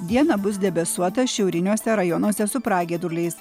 dieną bus debesuota šiauriniuose rajonuose su pragiedruliais